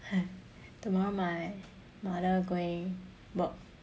tomorrow my mother going work